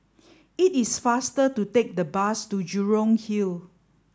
it is faster to take the bus to Jurong Hill